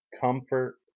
comfort